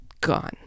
gone